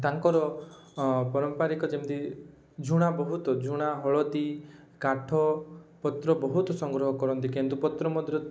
ତାଙ୍କର ପାରମ୍ପରିକ ଯେମିତି ଝୁଣା ବହୁତ ଝୁଣା ହଳଦୀ କାଠ ପତ୍ର ବହୁତ ସଂଗ୍ରହ କରନ୍ତି କେନ୍ଦୁପତ୍ର ମଧ୍ୟ